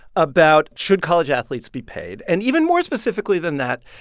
about should college athletes be paid? and even more specifically than that,